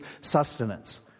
sustenance